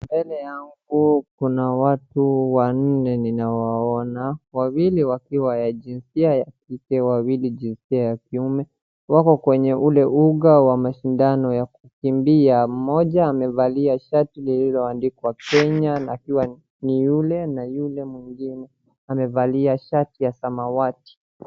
Mbele yangu kuna watu wanne ninawaona wawili wakiwa wa jinsia ya kike wawili jinsia ya kiume wako kwenye ule uga wa mashindano ya kukimbia. Mmoja amevalia shati lilioandikwa kenya na pia ni yule na yule mwingine amevalia shati ya samawati.